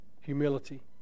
humility